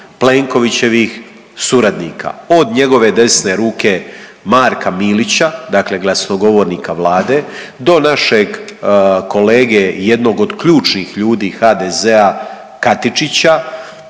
Plenkovićevih suradnika od njegove desne ruke Marka Milića dakle glasnogovornika Vlade do našeg kolege jednog od ključnih ljudi HDZ-a Katičića